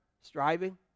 Striving